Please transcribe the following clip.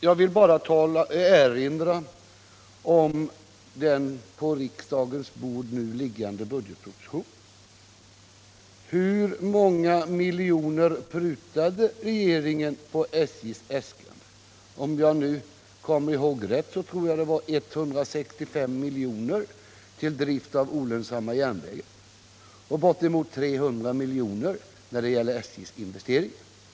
Jag vill bara erinra om den på riksdagens bord nu liggande budgetpropositionen. Hur många miljoner prutade regeringen på SJ:s äskanden? Om jag kommer ihåg rätt prutade man 165 milj.kr. på anslaget till drift av olönsamma järnvägar och bortåt 300 milj.kr. när det gäller SJ:s investeringar.